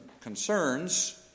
concerns